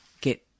get